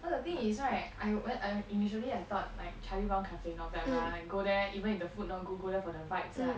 you know the thing it's right I we~ i~ initially I thought like charlie brown cafe not bad mah like go there even if the food not good there for the vibes ah